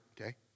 okay